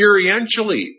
experientially